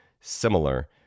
similar